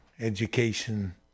education